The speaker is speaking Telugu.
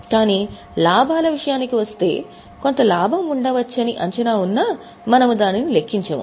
కానీ లాభాల విషయానికి వస్తే కొంత లాభం ఉండవచ్చని అంచనా ఉన్నా మనము దానిని లెక్కించము